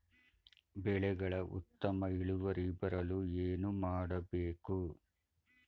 ಬೆಳೆಗಳ ಉತ್ತಮ ಇಳುವರಿ ಬರಲು ಏನು ಮಾಡಬೇಕು?